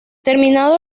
terminado